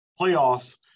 playoffs